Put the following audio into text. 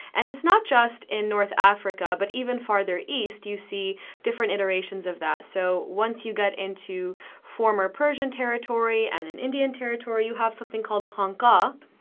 and it's not just in north africa, but even farther east, you see different iterations of that. so once you get into former persian territory and in indian territory you have something called a hanka.